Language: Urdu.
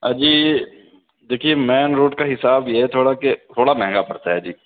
اجی دیکھیے مین روڈ کا حساب یہ ہے تھوڑا کہ تھوڑا مہنگا پڑتا ہے جی